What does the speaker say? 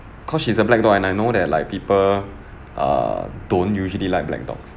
cause she's a black dog and I know that like people err don't usually like black dogs